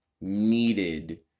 needed